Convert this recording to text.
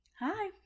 hi